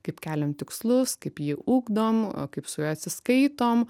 kaip keliam tikslus kaip jį ugdom kaip su juo atsiskaitom